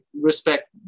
respect